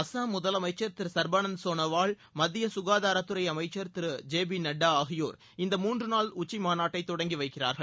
அசாம் முதலமைச்சர் திரு சர்பானந்த் சோனோவால் மத்திய சுகாதாரத்துறை அமைச்சர் திரு ஜெ பி நட்டா ஆகியோர் இந்த மூன்று நாள் உச்சிமாநாட்டை தொடங்கி வைக்கிறார்கள்